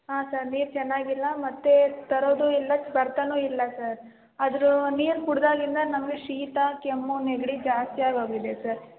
ಹಾಂ ಸರ್ ನೀರು ಚೆನ್ನಾಗಿಲ್ಲ ಮತ್ತು ತರೋದು ಇಲ್ಲ ಬರ್ತಾನೂ ಇಲ್ಲ ಸರ್ ಅದರ ನೀರು ಕುಡಿದಾಗಿನಿಂದ ನಮಗೆ ಶೀತ ಕೆಮ್ಮು ನೆಗಡಿ ಜಾಸ್ತಿ ಆಗೋಗಿದೆ ಸರ್